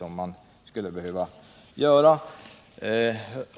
vad man skulle behöva göra, bl.a. en total översyn av gruvan.